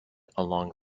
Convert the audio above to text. along